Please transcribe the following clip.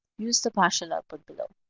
use the partial output below.